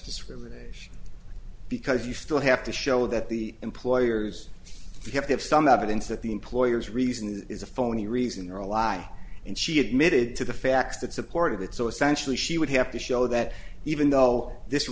discrimination because you still have to show that the employers have to have some evidence that the employer's reason is a phony reason or a lie and she admitted to the facts that supported it so essentially she would have to show that even though